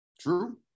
True